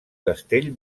castell